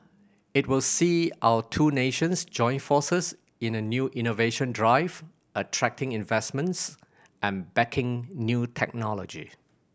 it will see our two nations join forces in a new innovation drive attracting investments and backing new technology